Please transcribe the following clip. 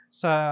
sa